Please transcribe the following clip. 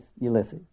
Ulysses